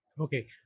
Okay